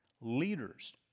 leaders